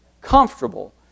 Comfortable